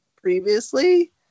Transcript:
previously